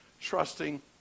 trusting